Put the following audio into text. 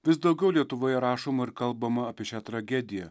vis daugiau lietuvoje rašoma ir kalbama apie šią tragediją